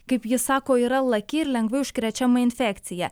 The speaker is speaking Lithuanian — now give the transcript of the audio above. kaip jis sako yra laki ir lengvai užkrečiama infekcija